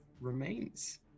remains